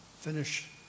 finish